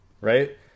Right